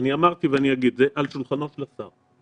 אמרתי, זה על שולחנו של השר.